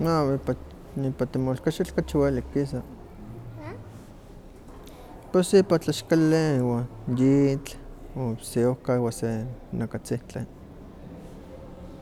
No ipa temolkaxitl kachi welik kisa, pues ipa tlaxkali wan yitl o si ohka iwa se nakatzihtli.